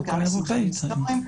חלקם מסמכים היסטוריים,